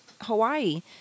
Hawaii